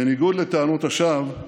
בניגוד לטענות השווא,